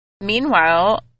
Meanwhile